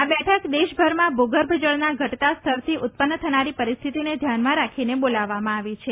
આ બેઠક દેશભરમાં ભૂગર્ભ જળનાં ઘટતા સ્તરની ઉત્પન્ન થનારી પરિસ્થિતિને ધ્યાનમાં રાખીને બોલાવવામાં આવી છે